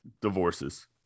divorces